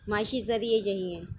معاشی ذریعے یہی ہیں